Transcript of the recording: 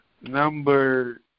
number